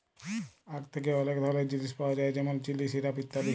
আখ থ্যাকে অলেক ধরলের জিলিস পাওয়া যায় যেমল চিলি, সিরাপ ইত্যাদি